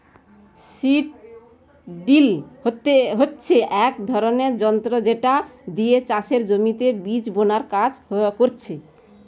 seed drill হচ্ছে এক ধরণের যন্ত্র যেটা দিয়ে চাষের জমিতে বীজ বুনার কাজ করছে